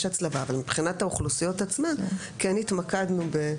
יש הצלבה אבל מבחינת האוכלוסיות עצמן כן התמקדנו לא